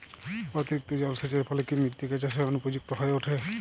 অতিরিক্ত জলসেচের ফলে কি মৃত্তিকা চাষের অনুপযুক্ত হয়ে ওঠে?